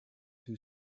two